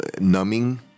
numbing